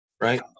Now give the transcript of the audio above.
Right